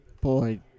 Boy